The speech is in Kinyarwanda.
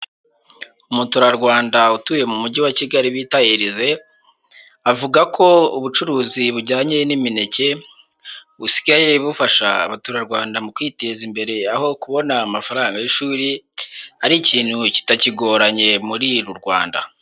Umuturarwanda utuye mu mujyi wa Kigali bita Elyse avuga ko ubucuruzi bujyanye n'imineke busigaye bufasha abaturarwanda mu kwiteza imbere. Aho kubona amafaranga y'ishuri ari ikintu kitakigoranye muri uru Rwanda.